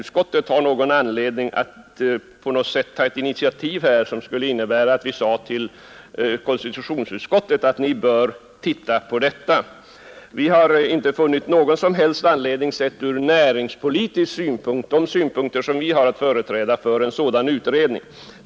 Utskottet har därför ingen anledning att i detta fall ta ett initiativ och uppmana konstitutionsutskottet att granska frågan. Ur näringspolitisk synpunkt har vi inte funnit några som helst skäl för den föreslagna kommissionen.